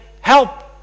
help